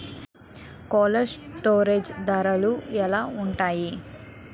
Cold storage ధరలు ఎలా ఉంటాయి?